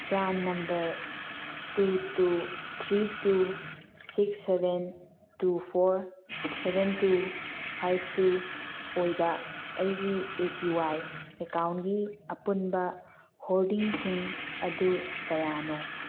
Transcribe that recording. PRAN number two two three two six seven two four seven two ꯐꯥꯏꯕ two ꯑꯣꯏꯕ ꯑꯩꯒꯤ A P Y ꯑꯦꯀꯥꯎꯟꯒꯤ ꯑꯄꯨꯟꯕ ꯍꯣꯜꯗꯤꯡꯁꯤꯡ ꯑꯗꯨ ꯀꯌꯥꯅꯣ